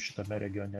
šitame regione